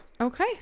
okay